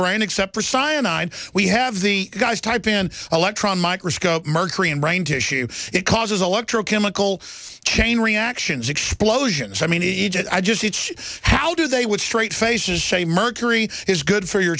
brain except for cyanide we have the guys tied to an electron microscope mercury and brain tissue it causes electro chemical chain reactions explosions i mean agent i just each how do they would straight face j mercury is good for your